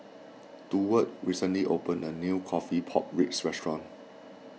Durward recently opened a new Coffee Pork Ribs Restaurant